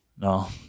no